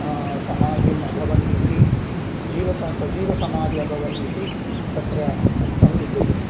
समाधिम् अभवन्निति जीवस सजीवसमाधि अभवन्निति तत्र उक्तं विद्यते